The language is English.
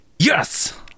Yes